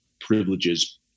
privileges